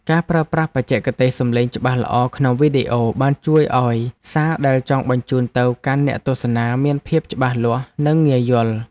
ការប្រើប្រាស់បច្ចេកទេសសំឡេងច្បាស់ល្អក្នុងវីដេអូបានជួយឱ្យសារដែលចង់បញ្ជូនទៅកាន់អ្នកទស្សនាមានភាពច្បាស់លាស់និងងាយយល់។